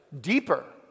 deeper